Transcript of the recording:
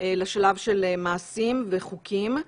לשלב של מעשים וחוקים.